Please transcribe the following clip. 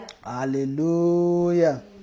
hallelujah